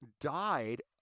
died